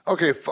Okay